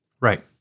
Right